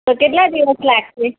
તો કેટલા દિવસ લાગશે